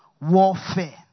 warfare